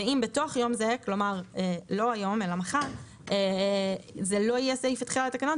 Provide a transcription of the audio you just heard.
ואם בתוך יום זה לא יהיה סעיף תחילה לתקנות,